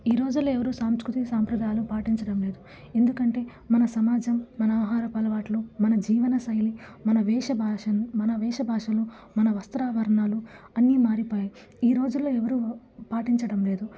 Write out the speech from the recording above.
ఈ రోజుల్లో ఎవరూ సంస్కృతి సాంప్రదాయాలు పాటించడం లేదు ఎందుకంటే మన సమాజం మన ఆహారపు అలవాట్లు మన జీవనశైలి మన వేష భాషలు మన వేష భాషలు మన వస్త్రాభరణాలు అన్ని మారిపోయాయి ఈరోజుల్లో ఎవరూ పాటించడం లేదు